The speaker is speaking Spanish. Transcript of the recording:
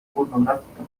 pornográfica